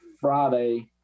Friday